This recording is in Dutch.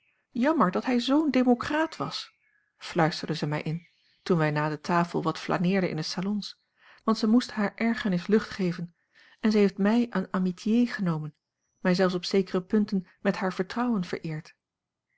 jammer dat hij zoo'n democraat was fluisterde zij mij in toen wij na de tafel wat flaneerden in de salons want zij moest hare ergernis lucht geven en zij heeft mij en amitié genomen mij zelfs op zekere punten met haar vertrouwen vereerd